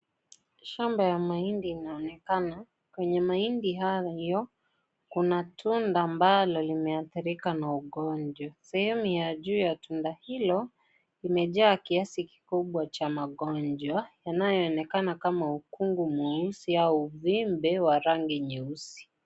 Shamba ya mahindi inaonekana kwenye mahindi hayo kuna tunda ambalo limeadhirika na ugonjwa sehemu ya juu ya tunda hilo imejaa kiasi kikubwa cha magonjwa yanayo onekana kama ukungu mweusi au uvimbe wa rangi nyeusi.